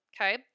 okay